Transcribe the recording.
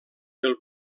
del